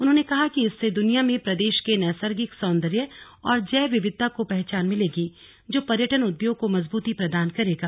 उन्होंने कहा कि इससे दुनिया में प्रदेश के नैसर्गिक सौन्दर्य और जैव विविधता को पहचान मिलेगी जो पर्यटन उद्योग को मजबूती प्रदान करेगा